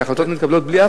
שההחלטות מתקבלות בלי,